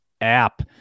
app